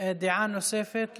הייתה לנו סיסמה